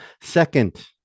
second